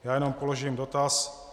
Já jenom položím dotaz.